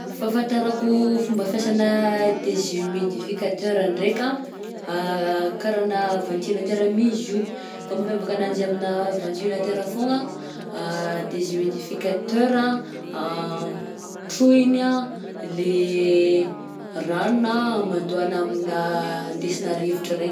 Fahafantarako fomba fiasanà déshumidificateur ndraika karahanà ventilateur mi izy io, fa mampiavaka ananjy aminà ventilateur foagna déshumifidicateur anh trohiny anh le rano na hamandoàna aminà andesinà rivotra regny.